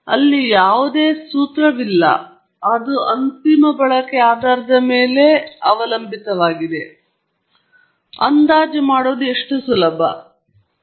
ಹಾಗಾಗಿ ನಾನು ಅನುಕರಿಸುವ ವಿಧಾನವೆಂದರೆ ನಾನು x ಅನ್ನು ಮೊದಲನೆಯದು ನಿಜವಾದ ಪ್ರತಿಕ್ರಿಯೆಯಾಗಿ ಸೃಷ್ಟಿಸುತ್ತಿದ್ದೇನೆ ಮತ್ತು ನಂತರ ನಾನು ಕೆಲವು ಯಾದೃಚ್ಛಿಕ ಸಿಗ್ನಲ್ ಅನ್ನು ಸೇರಿಸುತ್ತೇನೆ ನನ್ನ ಮಾಪನವನ್ನು ಸೃಷ್ಟಿಸಲು X ಗೆ ಕೆಲವು ರೀತಿಯ ಶಬ್ಧವನ್ನು ನಾನು ಸೇರಿಸುತ್ತೇನೆ